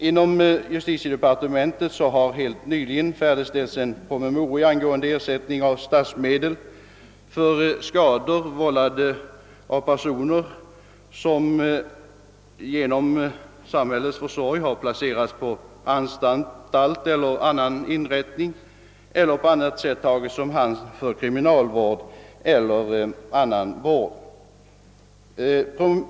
Inom justitiedepartementet har helt nyligen färdigställts en promemoria angående ersättning av statsmedel för skador vållade av personer som genom samhällets försorg har placerats på anstalt eller annan inrättning eller på annat sätt tagits om hand för kriminalvård eller annan vård.